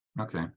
Okay